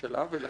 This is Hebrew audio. לכן,